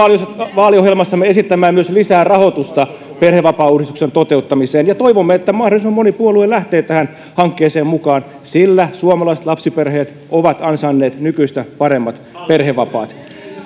vaaliohjelmassamme esittämään myös lisää rahoitusta perhevapaauudistuksen toteuttamiseen toivomme että mahdollisimman moni puolue lähtee tähän hankkeeseen mukaan sillä suomalaiset lapsiperheet ovat ansainneet nykyistä paremmat perhevapaat